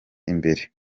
imbere